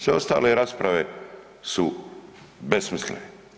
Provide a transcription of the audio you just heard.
Sve ostale rasprave su besmislene.